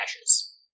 ashes